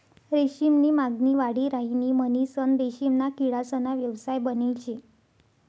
रेशीम नी मागणी वाढी राहिनी म्हणीसन रेशीमना किडासना व्यवसाय बनेल शे